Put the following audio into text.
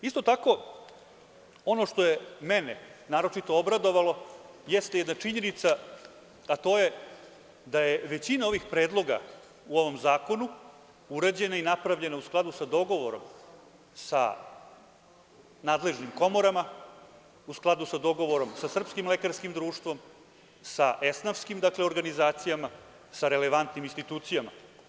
Isto tako, ono što je mene naročito obradovalo jeste jedna činjenica, a to je da je većina ovih predloga u ovom zakonu urađena i napravljena u skladu sa dogovorom sa nadležnim komorama, u skladu sa dogovorom sa Srpskim lekarskim društvom, dakle, sa esnafskim organizacijama, sa relevantnim institucijama.